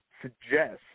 suggest